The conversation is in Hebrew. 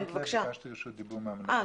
שלום לכולכם.